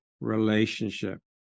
Relationship